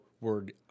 word